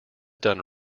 done